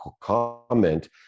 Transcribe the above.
comment